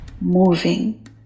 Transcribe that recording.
moving